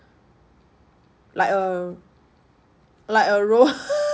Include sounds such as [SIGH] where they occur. like a like a ro~ [LAUGHS]